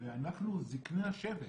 אנחנו זקני השבט.